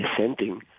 dissenting